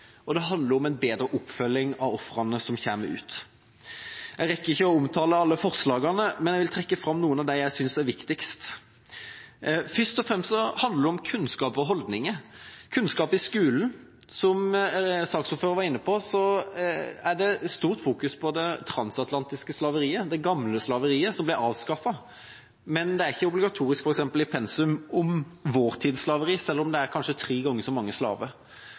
og det handler om en bedre oppfølging av ofrene som kommer ut. Jeg rekker ikke å omtale alle forslagene, men vil trekke fram noen av dem jeg synes er viktigst. Først og fremst handler det om kunnskap og holdninger, kunnskap i skolen. Som saksordføreren var inne på, er det stort fokus på det transatlantiske slaveriet, det gamle slaveriet som ble avskaffet. Men det er ikke noe obligatorisk, f.eks., i pensum om vår tids slaveri, selv om det kanskje er tre ganger så mange